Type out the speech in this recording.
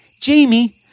Jamie